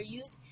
use